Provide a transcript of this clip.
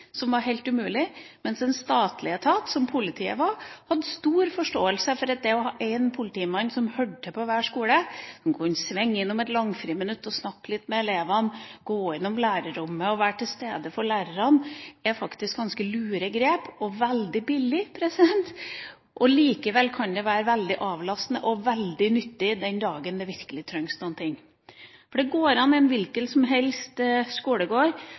det var helt umulig. Mens en statlig etat, som politiet er, hadde stor forståelse for å ha en politimann som hørte til på hver skole, som kunne svinge innom et langfriminutt og snakke litt med elevene, og gå gjennom lærerrommet og være til stede for lærerne. Det er faktisk ganske lure grep – og veldig billig. Det kan det være veldig avlastende og veldig nyttig den dagen det virkelig trengs. I en hvilken som helst skolegård